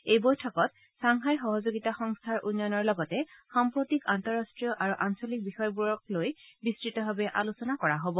এই বৈঠকত ছাংঘাই সহযোগিতা সংস্থাৰ উন্নয়নৰ লগতে সাম্প্ৰতিক আন্তঃৰাষ্ট্ৰীয় আৰু আঞ্চলিক বিষয়বোৰক লৈ বিস্তৃতভাৱে আলোচনা কৰা হ'ব